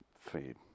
feed